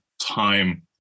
time